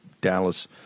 Dallas